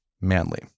manly